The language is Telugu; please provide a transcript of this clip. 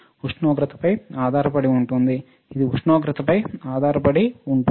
ఉష్ణోగ్రతపై ఆధారపడి ఉంటుంది ఇది ఉష్ణోగ్రతపై ఆధారపడి ఉంటుంది